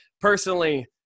Personally